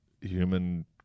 human